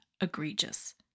egregious